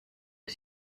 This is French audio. est